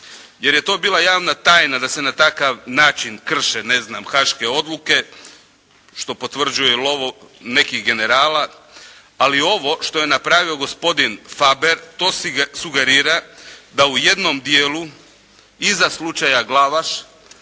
Jer je to bila javna tajna da se na takav način krše, ne znam, haške odluke što potvrđuje lovo, nekih generala, ali ovo što je napravio gospodin Faber to sugerira da u jednom dijelu iza slučaja Glavaš